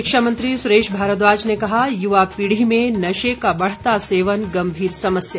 शिक्षामंत्री सुरेश भारद्वाज ने कहा युवा पीढ़ी में नशे का बढ़ता सेवन गम्भीर समस्या